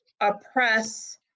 oppress